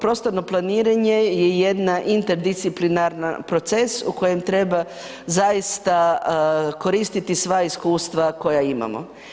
Prostorno planiranje je jedna interdisciplinaran proces u kojem treba zaista koristiti sva iskustva koja imamo.